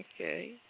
Okay